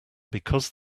because